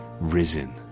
risen